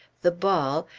the ball,